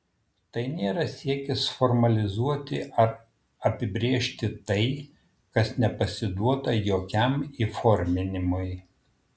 tai nėra siekis formalizuoti ar apibrėžti tai kas nepasiduota jokiam įforminimui